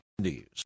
News